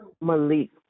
malik